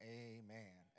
amen